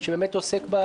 אז אתה מתרץ עבירה